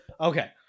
okay